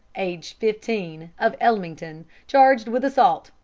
aged fifteen, of ellmington, charged with assault,